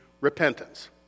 repentance